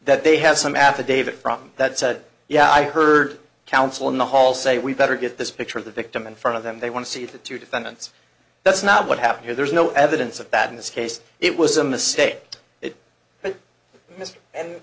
that they have some affidavit from that said yeah i heard counsel in the halls say we better get this picture of the victim in front of them they want to see the two defendants that's not what happened here there's no evidence of that in this case it was a mistake it but his